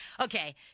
Okay